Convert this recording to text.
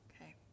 Okay